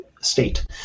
state